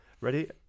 Ready